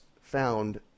found